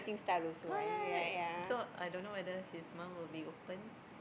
correct so I don't know whether his mum will be open